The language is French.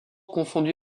confondu